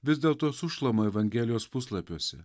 vis dėlto sušlama evangelijos puslapiuose